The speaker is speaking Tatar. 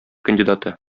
кандидаты